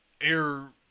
air